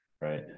right